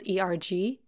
ERG